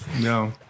No